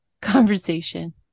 conversation